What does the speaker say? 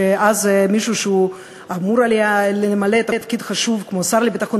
שמישהו שהיה אמור למלא תפקיד חשוב כמו השר לביטחון